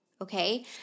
Okay